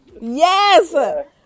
Yes